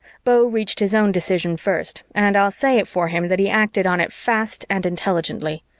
beau reached his own decision first and i'll say it for him that he acted on it fast and intelligently.